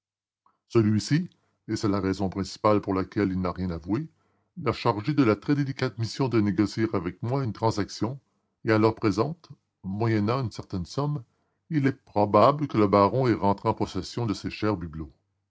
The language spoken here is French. celui-ci et c'est la raison principale pour laquelle il n'a rien avoué l'a chargé de la très délicate mission de négocier avec moi une transaction et à l'heure présente moyennant une certaine somme il est probable que le baron est rentré en possession de ses chers bibelots